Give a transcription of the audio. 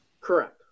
Correct